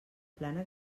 plana